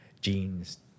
jeans